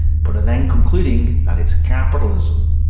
but are then concluding that it's capitalism.